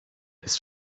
ist